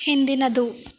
ಹಿಂದಿನದು